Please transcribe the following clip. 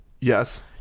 Yes